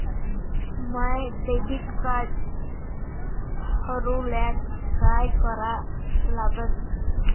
माय debit card हरोल्यास काय करा लागन?